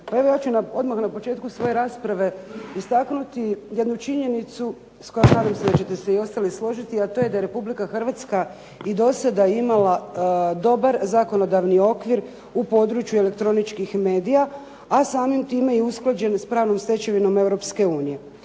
evo ja ću vam odmah na početku svoje rasprave istaknuti jednu činjenicu s kojom nadam se da ćete se i ostali složiti, a to je da je Republika Hrvatska i do sada imala dobar zakonodavni okvir u području elektroničkih medija, a samim time i usklađenost s pravnom stečevinom